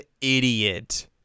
idiot